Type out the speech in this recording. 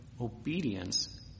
obedience